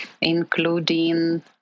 including